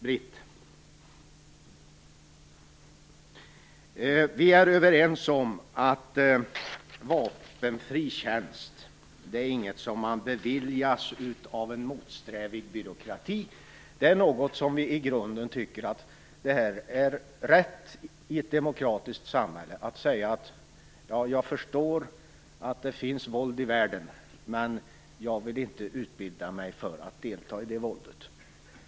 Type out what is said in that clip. Britt Bohlin! Vi är överens om att vapenfri tjänst inte är något som man beviljas av en motsträvig byråkrati. Det är något som vi i grunden tycker är rätt i ett demokratiskt samhälle. Man skall kunna säga: Ja, jag förstår att det finns våld i världen, men jag vill inte utbilda mig för att delta i det våldet.